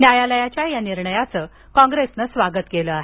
न्यायालयाच्या या निर्णयाचं कॉंग्रेसनं स्वागत केलं आहे